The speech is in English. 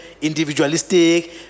individualistic